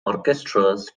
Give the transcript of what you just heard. orchestras